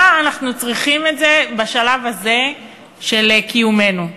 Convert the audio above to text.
מה אנחנו צריכים את זה בשלב הזה של קיומנו?